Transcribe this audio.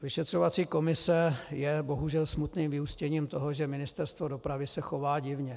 Vyšetřovací komise je bohužel smutným vyústěním toho, že Ministerstvo dopravy se chová divně.